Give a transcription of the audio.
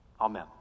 Amen